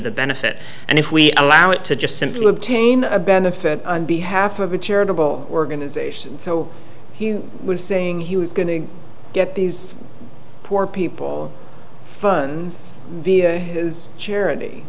the benefit and if we allow it to just simply obtain a benefit and b half of a charitable organization so he was saying he was going to get these poor people funs the charity